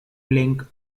link